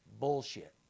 bullshit